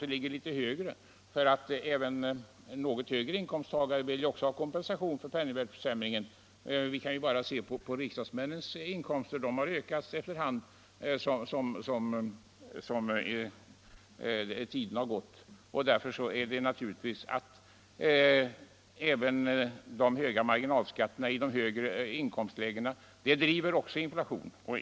Det gäller naturligtvis även för dem som ligger i de litet högre inkomstlägena — även dessa vill naturligtvis ha kompensation för penningvärdeförsämringen. Vi kan bara se på riksdagsmännens inkomster som ökat efter hand som tiden har gått. Även de höga marginalskatterna i de högre inkomstlägena driver naturligtvis på inflationen.